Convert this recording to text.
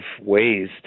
ways